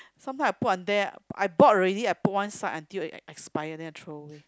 sometime I put on there I bought already I put one side until it expire then I throw away